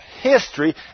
history